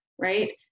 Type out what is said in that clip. Right